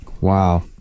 Wow